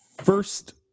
first